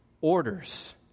orders